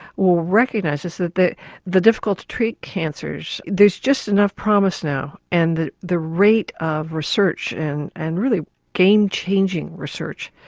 will recognise this, that the the difficult to treat cancers, there's just enough promise now and the the rate of research and and really game-changing research,